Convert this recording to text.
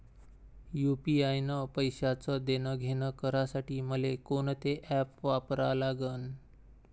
UPI न पैशाचं देणंघेणं करासाठी मले कोनते ॲप वापरा लागन?